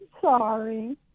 sorry